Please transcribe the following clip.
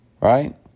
right